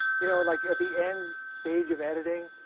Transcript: you know like at the end stage of editing,